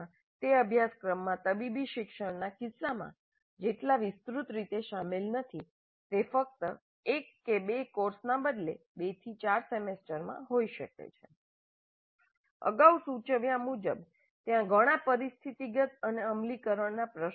તે અભ્યાસક્રમમાં તબીબી શિક્ષણના કિસ્સામાં જેટલા વિસ્તૃત રીતે શામેલ નથી તે ફક્ત એક કે બે કોર્સના બદલે 2 થી 4 સેમેસ્ટરમાં હોઈ શકે છે અગાઉ સૂચવ્યા મુજબ ત્યાં ઘણા પરિસ્થિતિગત અને અમલીકરણના પ્રશ્નો છે